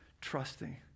trusting